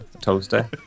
Toaster